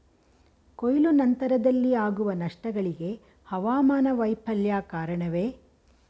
ಕೊಯ್ಲು ನಂತರದಲ್ಲಿ ಆಗುವ ನಷ್ಟಗಳಿಗೆ ಹವಾಮಾನ ವೈಫಲ್ಯ ಕಾರಣವೇ?